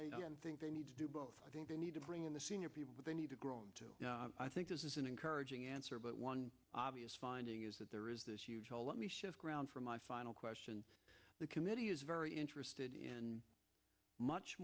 i think they need to do both i think they need to bring in the senior people but they need to grow and i think this is an encouraging answer but one obvious finding is that there is this huge hole let me shift ground for my final question the committee is very interested in much